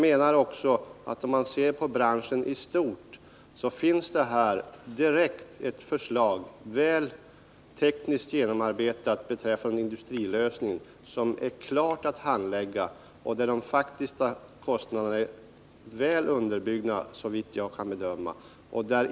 Man kan se på branschen i stort, och det finns här ett direkt förslag, väl tekniskt genomarbetat beträffande industrilösningen, som är klart att handlägga och där de faktiska kostnaderna är väl underbyggda — såvitt jag kan bedöma.